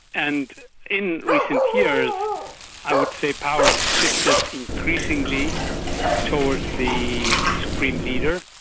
and in recent years i would say power has shifted increasingly towards the supreme leader.